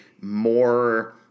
more